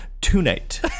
tonight